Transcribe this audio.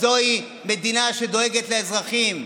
זוהי מדינה שדואגת לאזרחים.